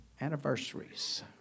Anniversaries